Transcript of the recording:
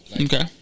Okay